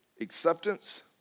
acceptance